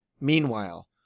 Meanwhile